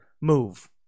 move